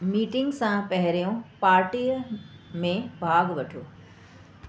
meeting सां पहिरियों पार्टीअ में भाॻु वठो